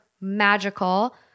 magical